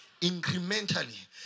incrementally